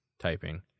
typing